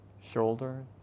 shoulder